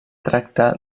tracta